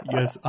Yes